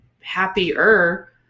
happier